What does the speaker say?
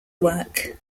work